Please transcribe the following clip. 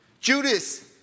Judas